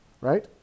right